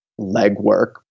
legwork